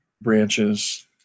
branches